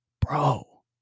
bro